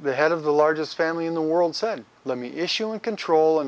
the head of the largest family in the world said let me issue and control